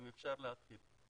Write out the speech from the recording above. אם אפשר להתחיל.